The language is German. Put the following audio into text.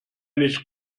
nicht